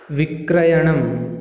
विक्रयणं